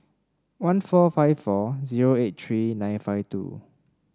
one four five four zero eight three nine five two